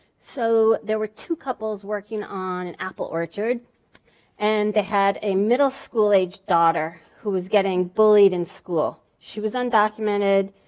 so there were two couples working on an apple orchard and they had a middle school-aged daughter who was getting bullied in school. she was undocumented,